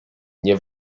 nie